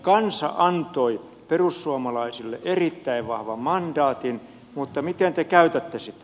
kansa antoi perussuomalaisille erittäin vahvan mandaatin mutta miten te käytätte sitä